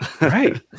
Right